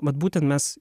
mat būtent mes